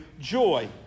joy